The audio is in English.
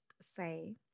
say